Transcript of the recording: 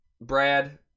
Brad